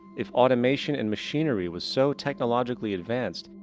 if automation and machinery was so technologically advanced,